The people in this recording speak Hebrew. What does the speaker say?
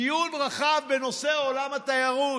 דיון רחב בנושא עולם התיירות,